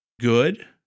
good